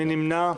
מי נמנע?